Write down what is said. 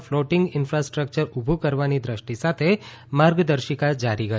floating infrastructure ઊભું કરવાની દ્રષ્ટિ સાથે માર્ગદર્શિકા જારી કરી